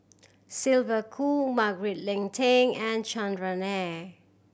Sylvia Kho Margaret Leng Tan and Chandran Nair